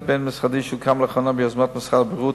בין-משרדי שהוקם לאחרונה ביוזמת משרד הבריאות,